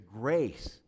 grace